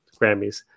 Grammys